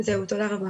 זהו, תודה רבה.